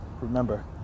Remember